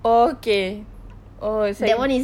okay oh saya